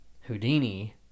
Houdini